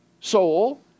soul